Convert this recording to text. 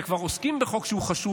כשכבר עוסקים בחוק שהוא חשוב,